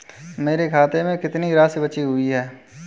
मेरे खाते में कितनी राशि बची हुई है?